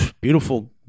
beautiful